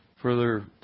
further